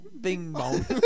Bing-bong